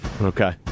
Okay